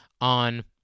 on